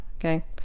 okay